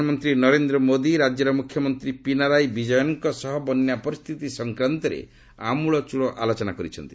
ପ୍ରଧାନମନ୍ତ୍ରୀ ନରେନ୍ଦ୍ର ମୋଦି ରାଜ୍ୟର ମ୍ରଖ୍ୟମନ୍ତ୍ରୀ ପିନାରାଇ ବିଜୟନ୍ଙ୍କ ସହ ବନ୍ୟା ପରିସ୍ଥିତି ସଂକ୍ରାନ୍ତରେ ଆମ୍ବଳଚ୍ଚଳ ଆଲୋଚନା କରିଛନ୍ତି